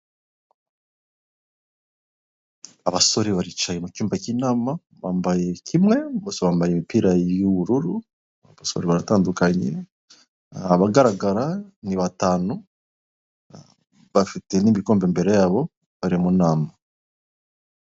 Abasore baricaye mu cyumba cy'inama bambaye kimwe bose bambaye imipira y'ubururu, gusa baratandukanye abagaragara ni batanu, bafite n'ibikombe imbere ya bo bari mu inama.